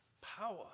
power